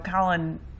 Colin